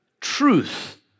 truth